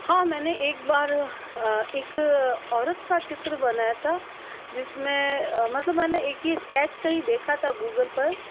हाँ मैंने एक बार एक औरत का चित्र बनाया था जिसमें मतलब मैंने एक ही स्केच कहीं देखा था गूगल पर